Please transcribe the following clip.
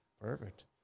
Perfect